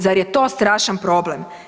Zar je to strašan problem?